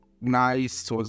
nice